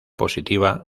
positiva